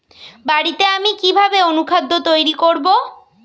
বাড়িতে আমি কিভাবে অনুখাদ্য তৈরি করব?